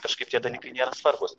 kažkaip tie dalykai nėra svarbūs